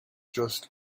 just